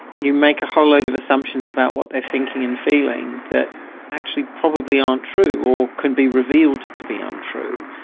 you make a whole load of assumptions about what they're thinking and feeling that actually probably aren't true, or can be revealed to be untrue.